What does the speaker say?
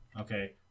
okay